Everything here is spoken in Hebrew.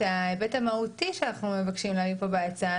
ההיבט המהותי שאנחנו מבקשים להביא בהצעה.